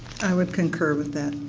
i would concur with that.